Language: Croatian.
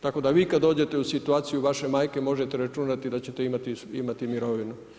Tako da vi kada dođete u situaciju vaše majke, možete računati da ćete imati mirovinu.